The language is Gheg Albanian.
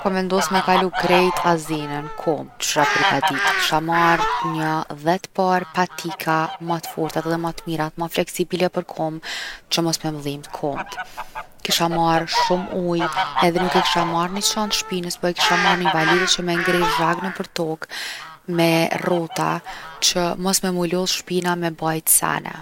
Kom vendos me kalu krejt Azinë n’kom. Qysh isha përgadit? I kisha marr njo 10 parë patika, ma t’fortat edhe ma t’mirat, ma fleksibile për kom që mos me m’dhimt komt. Kisha marr shumë ujë edhe nuk e kisha marrë ni çantë t’shpinës po e kisha marr ni valixhe që me ngrëh zhag nëpër tokë, me rrota që mos me mu lodh shpina me bajt sene.